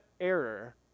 error